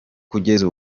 kugeza